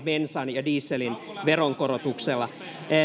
bensan ja dieselin veronkorotuksella niin